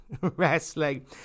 Wrestling